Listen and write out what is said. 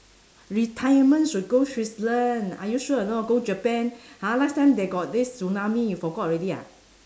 retirement should go switzerland are you sure or not go japan !huh! last time they got this tsunami you forgot already ah